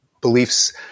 beliefs